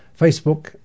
Facebook